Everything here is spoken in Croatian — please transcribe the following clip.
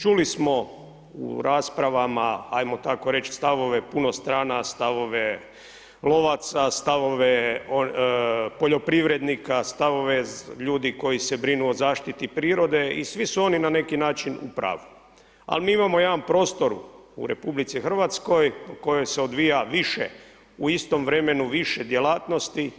Čuli smo u raspravama ajmo tako reč stavove puno strana, stavove lovaca, stavove poljoprivrednika, stavove ljudi koji se brinu o zaštiti prirode i svi su oni na neki način u pravu, ali mi imamo jedan prostor u RH u kojoj se odvija više u istom vremenu više djelatnosti.